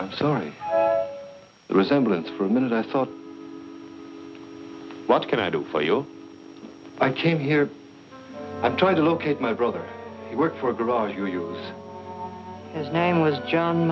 i'm sorry resemblance for a minute i thought what can i do for you i came here i tried to locate my brother worked for a garage for you his name was john